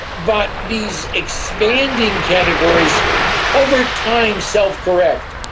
but these expanding categories over time self-correct.